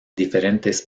diferentes